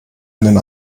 einen